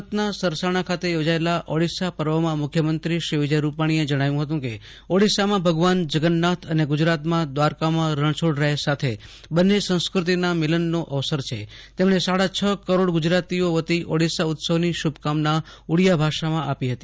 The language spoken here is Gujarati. સુરતના સરસાણા ખાતે યોજાયેલા ઓડિશા પર્વમાં મુખ્યમંત્રી વિજય રૂપાણીએ જણાવ્યું હતું કે ઓડિશામાં ભગવાન જગન્નાથ અને ગુજરાતના દ્વારકામાં રણછોડરાય સાથે બંને સંસ્કૃતિના મિલનનો અવસર છે તેમણે સાડા છ કરોડ ગુજરાતીઓ વતી ઓડિશા ઉત્સવની શુભકામના ઉડિયા ભાષામાં આપી હતી